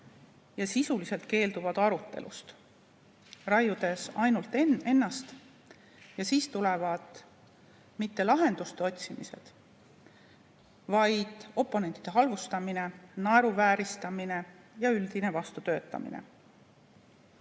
ja sisuliselt keelduvad arutelust, raiudes ainult [enda seisukohti]. Ja siis tulevad mitte lahenduste otsimised, vaid oponentide halvustamine, naeruvääristamine ja üldine vastutöötamine.